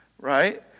Right